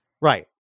Right